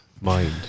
mind